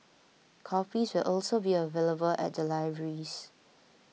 copies will also be available at the libraries